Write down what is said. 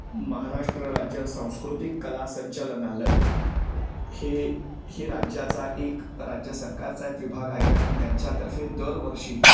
महाराष्ट्र राज्य सांस्कृतिक कला संचलनालय हे हे राज्याचा एक राज्य सरकारचा एक विभाग आहे आणि त्यांच्यातर्फे दरवर्षी